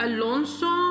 Alonso